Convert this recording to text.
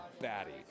batty